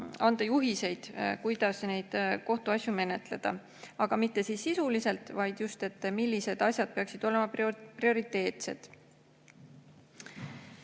anda ka juhiseid, kuidas neid kohtuasju menetleda, aga mitte sisuliselt, vaid ikka selles mõttes, et millised asjad peaksid olema prioriteetsed.